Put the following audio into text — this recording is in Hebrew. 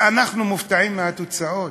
ואנחנו מופתעים מהתוצאות?